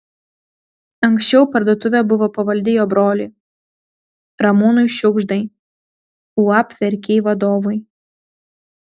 anksčiau parduotuvė buvo pavaldi jo broliui ramūnui šiugždai uab verkiai vadovui